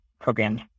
programs